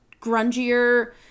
grungier